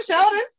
shoulders